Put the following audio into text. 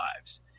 lives